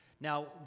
Now